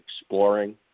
exploring